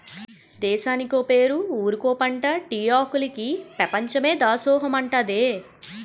దేశానికో పేరు ఊరికో పంటా టీ ఆకులికి పెపంచమే దాసోహమంటాదే